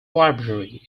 library